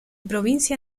provincia